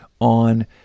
on